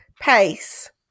pace